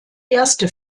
erste